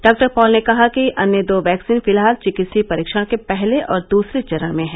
डॉ पॉल ने कहा कि अन्य दो वैक्सीन फिलहाल चिकित्सकीय परीक्षण के पहले और दूसरे चरण में हैं